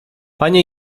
panie